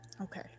Okay